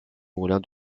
moulins